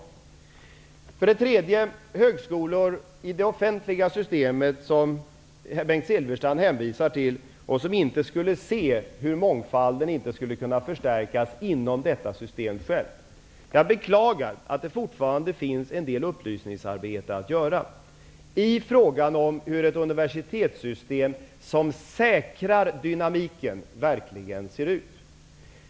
Bengt Silfverstrand hänvisar till högskolor i det offentliga systemet där man inte förstår varför inte mångfalden skulle kunna förstärkas inom systemet. Jag beklagar att det fortfarande finns en del upplysningsarbete att göra i frågan om hur ett universitetssystem som säkrar dynamiken verkligen ser ut.